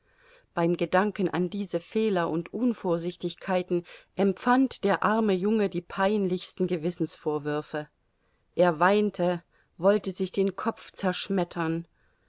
beim gedanken an diese fehler und unvorsichtigkeiten empfand der arme junge die peinlichsten gewissensvorwürfe er weinte wollte sich den kopf zerschmettern